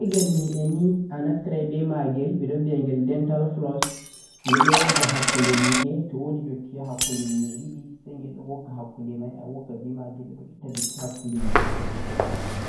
lagghitirgel nyi'e ni a naftirai beh maghel bedo bhiya ghel detal floss ghel do wogga hakkude nyi'e to wodi dutti hakkunde nyi'e didi sai ghel do wogga hakkudeh mai a wagga beh maghel a itta dutti hakkude nyi'e